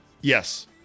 Yes